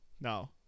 no